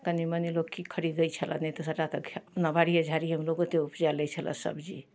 कनि मनि लोक कि खरिदै छलै नहि तऽ सबटा तऽ अपना बाड़िए झाड़ीमे लोक ओतेक उपजा लै छलै सबजी